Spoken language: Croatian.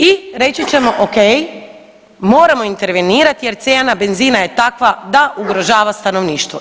I reći ćemo o.k. Moramo intervenirati jer cijena benzina je takva da ugrožava stanovništvo.